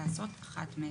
עשינו משהו.